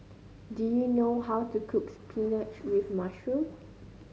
do you know how to cook spinach with mushroom